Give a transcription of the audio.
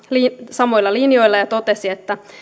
samoilla linjoilla ja totesi että